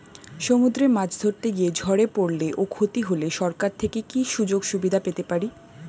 সমুদ্রে মাছ ধরতে গিয়ে ঝড়ে পরলে ও ক্ষতি হলে সরকার থেকে কি সুযোগ সুবিধা পেতে পারি?